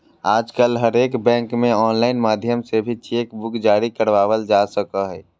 आजकल हरेक बैंक मे आनलाइन माध्यम से भी चेक बुक जारी करबावल जा सको हय